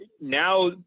now